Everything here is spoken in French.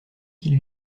qu’il